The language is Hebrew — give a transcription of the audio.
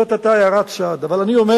זאת היתה הערת צד, אבל אני אומר